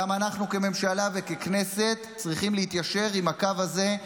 גם אנחנו כממשלה וככנסת צריכים להתיישר עם הקו הזה,